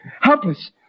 Helpless